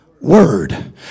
word